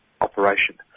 operation